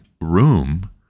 room